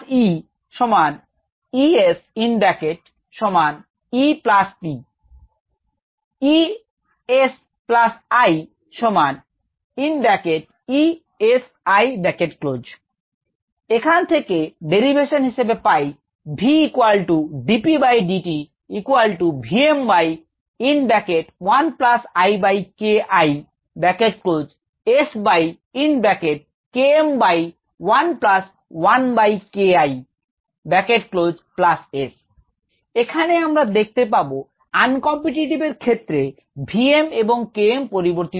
এখান থেকে ডেরিভেশন হিসেবে পাই এখানে আমরা দেখতে পাব un competitive এর ক্ষেত্রে V m এবং K m পরিবর্তিত হয়